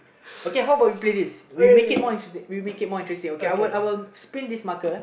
okay how about we play this we make it more we make it more interesting okay I will I will spin this marker